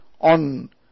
on